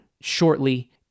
shortly